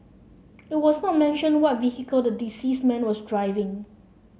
it was not mentioned what vehicle the deceased man was driving